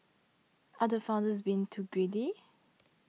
are the founders being too greedy